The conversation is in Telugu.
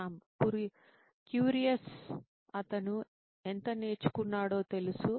శ్యామ్ క్యూరియస్ అతను ఎంత నేర్చుకున్నాడో తెలుసు